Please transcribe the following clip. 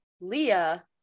leah